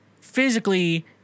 physically